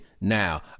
now